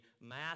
mass